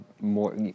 more